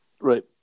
Right